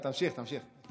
תמשיך, תמשיך.